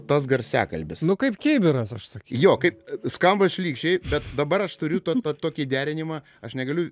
tas garsiakalbis nu kaip kibiras aš sakau jo kaip skamba šlykščiai bet dabar aš turiu tą tą tokį derinimą aš negaliu